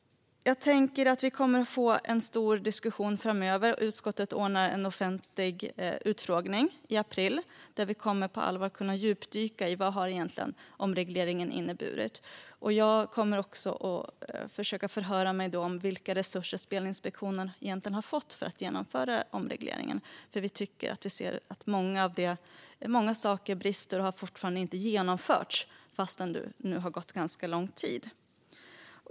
Jag tror att vi kommer att få en stor diskussion framöver. Utskottet ordnar en offentlig utfrågning i april där vi på allvar kommer att kunna djupdyka i vad omregleringen har inneburit. Jag kommer då att försöka förhöra mig om vilka resurser Spelinspektionen egentligen har fått för att genomföra omregleringen. Vi tycker att vi ser att många brister fortfarande inte har åtgärdats, trots att det nu har gått ganska lång tid.